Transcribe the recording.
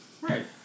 Right